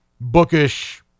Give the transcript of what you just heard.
bookish